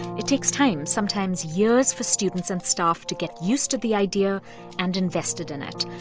it takes time, sometimes years for students and staff to get used to the idea and invested in it.